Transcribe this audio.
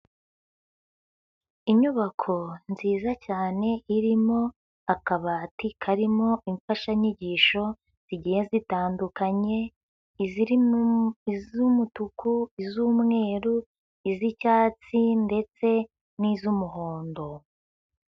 Inyubako nziza cyane irimo akabati karimo imfashanyigisho zigiye zitandukanye, izirimo iz'umutuku, iz'umweru, iz'icyatsi ndetse n'iz'umuhondo.